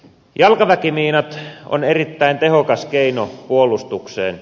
jalkaväkimiinat ovat erittäin tehokas keino puolustukseen